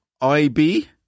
IB